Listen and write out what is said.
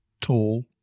tall